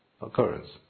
occurrence